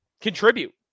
contribute